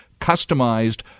customized